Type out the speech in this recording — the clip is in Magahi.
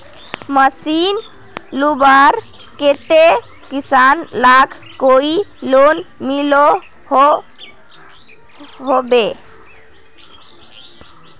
मशीन लुबार केते किसान लाक कोई लोन मिलोहो होबे?